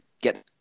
get